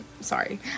sorry